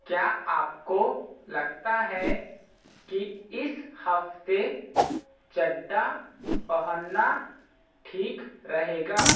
क्या आपको लगता है कि इस हफ़्ते चड्ढा पहनना ठीक रहेगा